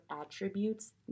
attributes